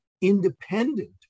independent